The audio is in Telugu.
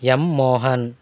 ఎమ్ మోహన్